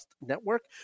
Network